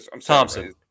thompson